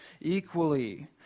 equally